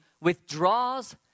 withdraws